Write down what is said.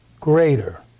Greater